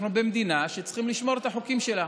אנחנו במדינה שצריכים לשמור את החוקים שלה.